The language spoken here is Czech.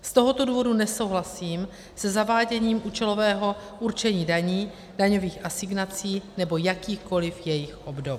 Z tohoto důvodu nesouhlasím se zaváděním účelového určení daní, daňových asignací nebo jakýchkoliv jejich obdob.